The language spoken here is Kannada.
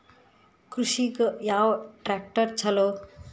ಕೃಷಿಗ ಯಾವ ಟ್ರ್ಯಾಕ್ಟರ್ ಛಲೋ?